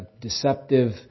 deceptive